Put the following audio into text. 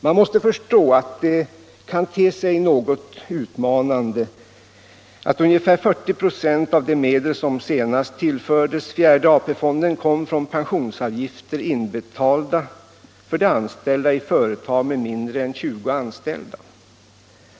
Men man måste förstå att det kan te sig något utmanande att ungefär 40 ", av de medel som senast tillförts fjärde AP fonden kom från pensionsavgifter inbetalda för de anställda i företag med mindre än 20 anställda.